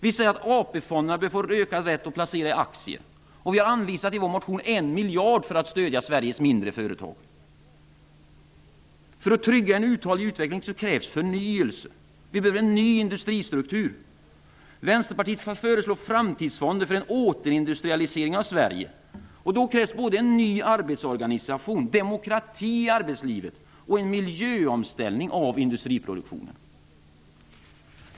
Vi säger att AP fonderna bör få ökad rätt att placera i aktier. I vår motion har vi anvisat en miljard för att stödja För att trygga en uthållig utveckling krävs förnyelse. Vi behöver en ny industristruktur. Vänsterpartiet har föreslagit framtidsfonder för en återindustrialisering av Sverige. Det krävs en ny arbetsorganisation, demokrati i arbetslivet och en miljöomställning av industriproduktionen.